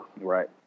Right